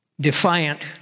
Defiant